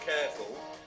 careful